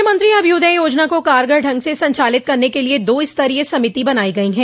मुख्यमंत्री अभ्युदय योजना को कारगर ढंग से संचालित करने के लिये दो स्तरीय समिति बनाई गई है